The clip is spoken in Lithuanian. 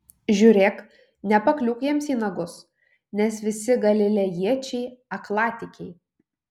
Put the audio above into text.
žiūrėk nepakliūk jiems į nagus nes visi galilėjiečiai aklatikiai